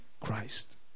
Christ